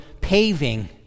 paving